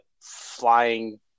flying